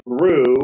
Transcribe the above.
grew